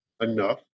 enough